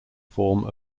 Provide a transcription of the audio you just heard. form